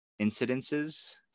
incidences